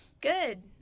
Good